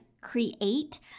create